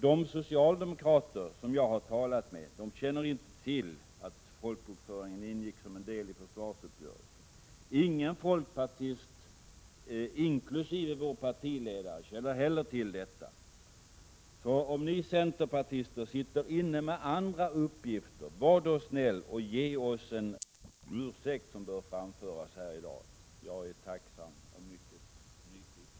De socialdemokrater som jag har talat med känner inte till att folkbokföringen ingick som en del i försvarsuppgörelsen. Inga folkpartister, inkl. partiledaren, känner heller till detta. Om ni centerpartister sitter inne med andra uppgifter, var då snälla och ge oss en redogörelse! Eller är det, Karl Boo, en ursäkt som bör framföras här i dag? Jag är mycket nyfiken och är tacksam för besked.